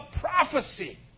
prophecy